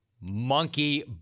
Monkey